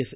S